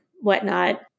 whatnot